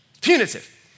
Punitive